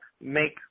make